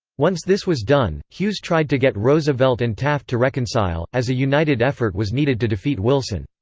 once this was done, hughes tried to get roosevelt and taft to reconcile, as a united effort was needed to defeat wilson.